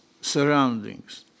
surroundings